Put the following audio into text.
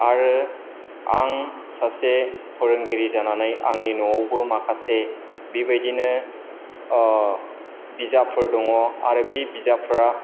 आरो आं सासे फोरोंगिरि जानानै आंनि न'आवबो माखासे बेबायदिनो बिजाबफोर दङ आरो बे बिजाबफोरा